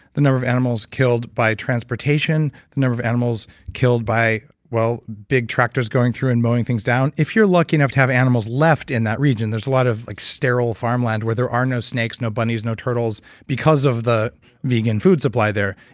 the number of animals killed by transportation, the number of animals killed by, well, big tractors going through and mowing things down. if you're lucky enough to have animals left in that region, there's lot of like sterile farmland where there are no snakes, no bunnies, no turtles, because of the vegan food supply there.